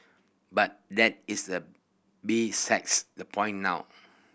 but that is the besides the point now